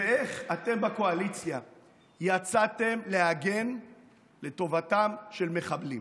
ואיך אתם בקואליציה יצאתם להגן לטובתם של מחבלים?